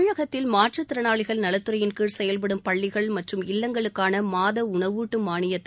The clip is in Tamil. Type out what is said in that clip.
தமிழகத்தில் மாற்றுத்திறனாளிகள் நலத்துறையின் கீழ செயல்படும் பள்ளிகள் மற்றும் இல்லங்களுக்கான மாத உணவூட்டும் மானியத்தை